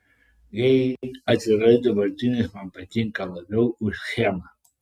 jei atvirai dabartinis man patinka labiau už schemą